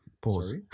Pause